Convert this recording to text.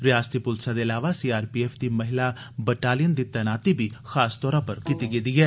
रिआसती प्लसा दे अलावा सीआरपीएफ दी महिला बटालियन दी तैनाती बी खासतौरा पर कीती गेदी ऐ